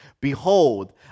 Behold